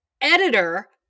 editor